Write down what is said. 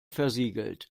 versiegelt